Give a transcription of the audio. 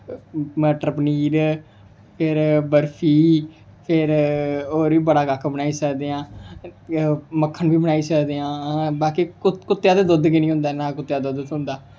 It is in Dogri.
मटर पनीर फिर बर्फी फिर होर बी बड़ा कक्ख बनाई सकदे आं मक्खन बी बनाई सकदे आं ते बाकी कुत्ते दा दुद्ध गै निं होंदा ते ना कुत्ते दा दुद्ध थ्होंदा